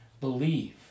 believe